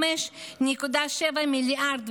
5.7 מיליארד,